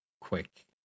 quick